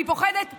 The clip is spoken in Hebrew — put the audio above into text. אני פוחדת מממשלה,